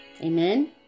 Amen